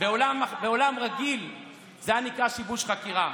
בעולם רגיל זה נקרא שיבוש חקירה.